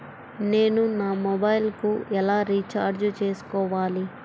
నేను నా మొబైల్కు ఎలా రీఛార్జ్ చేసుకోవాలి?